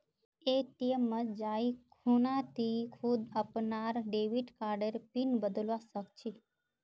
ATM मत जाइ खूना टी खुद अपनार डेबिट कार्डर पिन बदलवा सख छि